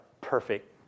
perfect